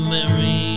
Mary